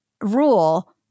rule